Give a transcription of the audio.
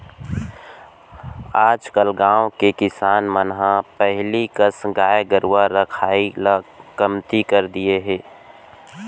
आजकल गाँव के किसान मन ह पहिली कस गाय गरूवा रखाई ल कमती कर दिये हें